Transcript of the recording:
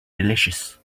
delicious